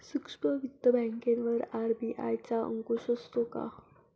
सूक्ष्म वित्त बँकेवर आर.बी.आय चा अंकुश असतो का?